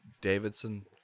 Davidson